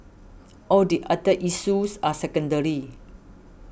all the other issues are secondary